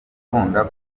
ukunda